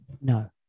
No